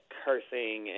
cursing